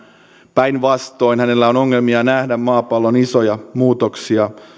päinvastoin hänellä on ongelmia nähdä maapallon isoja muutoksia